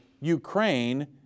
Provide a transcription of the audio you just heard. Ukraine